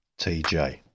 TJ